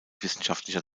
wissenschaftlicher